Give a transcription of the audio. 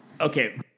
Okay